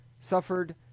suffered